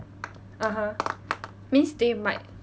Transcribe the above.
(uh huh) means they might